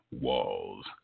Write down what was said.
Walls